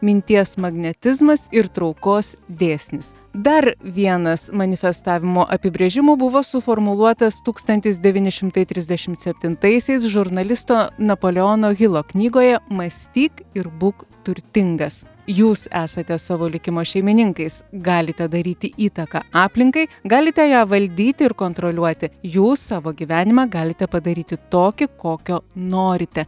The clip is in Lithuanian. minties magnetizmas ir traukos dėsnis dar vienas manifestavimo apibrėžimų buvo suformuluotas tūkstantis devyni šimtai trisdešimt septintaisiais žurnalisto napoleono hilo knygoje mąstyk ir būk turtingas jūs esate savo likimo šeimininkais galite daryti įtaką aplinkai galite ją valdyti ir kontroliuoti jūs savo gyvenimą galite padaryti tokį kokio norite